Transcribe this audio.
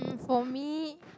for me